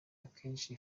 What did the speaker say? akenshi